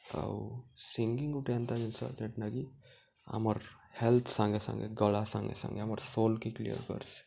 ଆଉ ସିଙ୍ଗିଙ୍ଗ୍ ଗୁଟେ ଏନ୍ତା ଜିନିଷ ଯେଟନା କିି ଆମର୍ ହେଲ୍ଥ୍ ସାଙ୍ଗେ ସାଙ୍ଗେ ଗଳା ସାଙ୍ଗେ ସାଙ୍ଗେ ଆମର୍ ସୋଲ୍ କେ କ୍ଲିଅର୍ କର୍ସି